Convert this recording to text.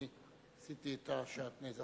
עשיתי את השעטנז,